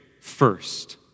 first